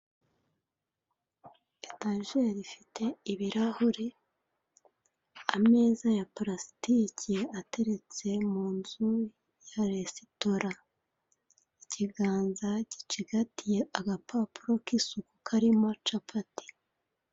Etajeri ifite ibirahure, ameza ya parasitike ateretse mu nzu ya resitora, Ikiganza gicigatiye agapapuro ka isuku karimo capati.